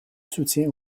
soutien